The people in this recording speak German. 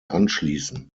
anschließen